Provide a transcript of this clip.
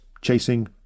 chasing